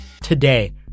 Today